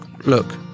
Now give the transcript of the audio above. look